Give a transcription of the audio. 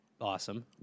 awesome